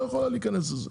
לא יכולה להיכנס לזה.